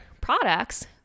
products